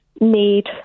need